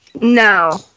No